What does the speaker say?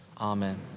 amen